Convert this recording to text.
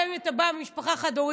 גם אם אתה בא ממשפחה חד-הורית,